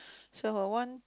so one